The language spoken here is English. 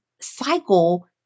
cycle